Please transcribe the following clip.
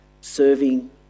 serving